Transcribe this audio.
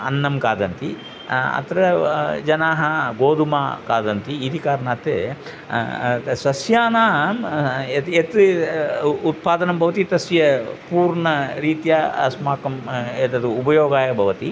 अन्नं खादन्ति अत्र जनाः गोधूमः खादन्ति इति कारणात् सस्यानां यत् यत् उ उत्पादनं भवति तस्य पुनर्रीत्या अस्माकम् एतद् उपयोगाय भवति